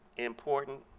important,